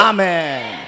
Amen